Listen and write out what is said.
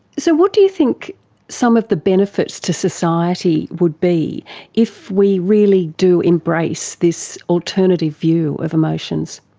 so what do you think some of the benefits to society would be if we really do embrace this alternative view of emotions?